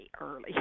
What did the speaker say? early